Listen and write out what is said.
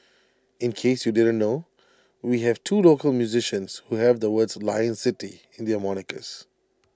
in case you didn't know we have two local musicians who have the words 'Lion City' in their monikers